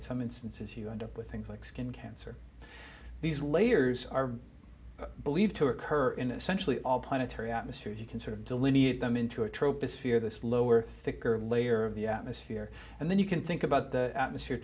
in some instances you end up with things like skin cancer these layers are believed to occur in essentially all planetary atmospheres you can sort of delineate them into a trope is fear the slower thicker layer of the atmosphere and then you can think about the atmosphere